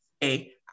Hey